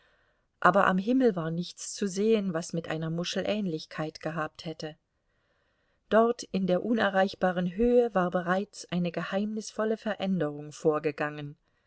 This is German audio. aber am himmel war nichts zu sehen was mit einer muschel ähnlichkeit gehabt hätte dort in der unerreichbaren höhe war bereits eine geheimnisvolle veränderung vorgegangen